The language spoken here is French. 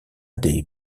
des